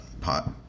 pot